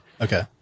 Okay